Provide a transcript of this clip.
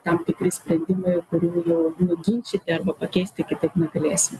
tam tikri sprendimai kurių jau nuginčyti arba pakeisti kitaip negalėsim